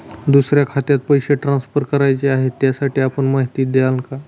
दुसऱ्या खात्यात पैसे ट्रान्सफर करायचे आहेत, त्यासाठी आपण माहिती द्याल का?